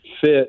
fit